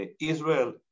Israel